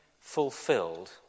fulfilled